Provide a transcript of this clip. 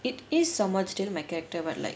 it is somewhat still in my character but like